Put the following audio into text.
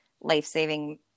life-saving